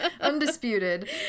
Undisputed